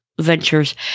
ventures